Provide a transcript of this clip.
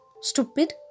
Stupid